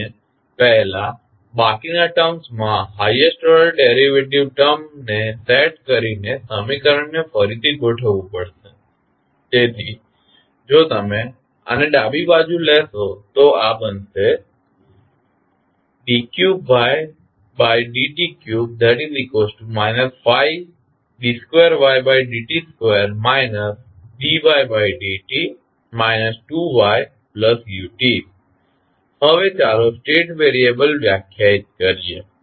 આપણે પહેલા બાકીના ટર્મસમાં highest order derivative term set કરીને સમીકરણને ફરીથી ગોઠવવું પડશે તેથી જો તમે આને ડાબી બાજુ લેશો તો આ બનશે d3ydt3 5d2ytdt2 dytdt 2ytu હવે ચાલો સ્ટેટ વેરિયબલ વ્યાખ્યાયિત કરીએ